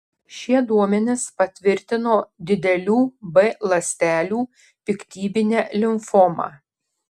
šie duomenys patvirtino didelių b ląstelių piktybinę limfomą